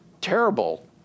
terrible